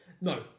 No